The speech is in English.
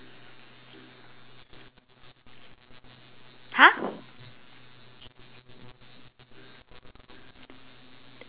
!huh!